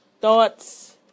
thoughts